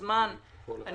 עד